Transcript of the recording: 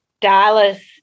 Dallas